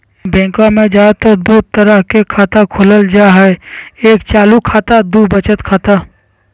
बैंकवा मे ज्यादा तर के दूध तरह के खातवा खोलल जाय हई एक चालू खाता दू वचत खाता